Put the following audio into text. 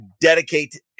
dedicate